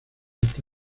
esta